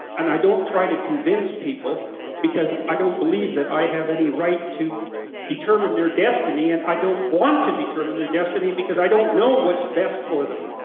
and i don't try to convince people because i don't believe i have any right to determine their destiny and i don't want to determine their destiny because i don't know what's best for them,